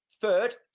Third